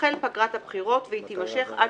תחל פגרת הבחירות והיא תמשך עד